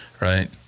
right